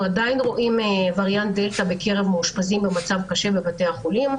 אנחנו עדיין רואים וריאנט דלתא בקרב מאושפזים במצב קשה בבתי החולים,